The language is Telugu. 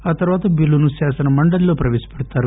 ఆ తర్వాత బిల్లును శాసనమండలిలో ప్రపేశపెడతారు